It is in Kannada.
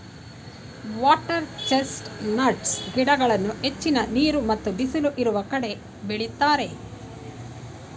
ವಾಟರ್ ಚೆಸ್ಟ್ ನಟ್ಸ್ ಗಿಡಗಳನ್ನು ಹೆಚ್ಚಿನ ನೀರು ಮತ್ತು ಬಿಸಿಲು ಇರುವ ಕಡೆ ಬೆಳಿತರೆ